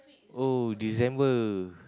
oh December